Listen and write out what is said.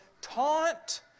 taunt